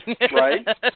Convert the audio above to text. right